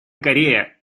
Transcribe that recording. корея